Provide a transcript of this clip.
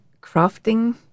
crafting